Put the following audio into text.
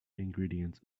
ingredients